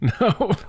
No